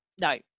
No